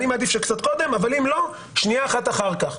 אני מעדיף שקצת קודם אבל אם לא שנייה אחת אחר כך.